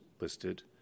listed